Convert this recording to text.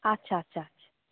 আচ্ছা আচ্ছা আচ্ছা